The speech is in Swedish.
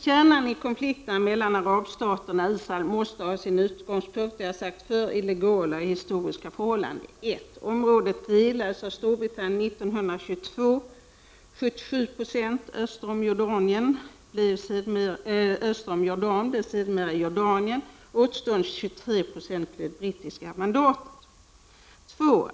Kärnan i konflikten mellan arabstaterna och Israel måste ha sin utgångspunkt i legala och historiska förhållanden — det har jag sagt förr: 2.